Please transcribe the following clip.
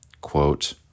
Quote